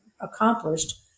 accomplished